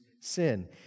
sin